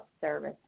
service